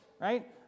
right